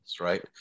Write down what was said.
right